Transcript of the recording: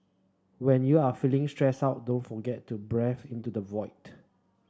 when you are feeling stressed out don't forget to breathe into the void